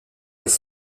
les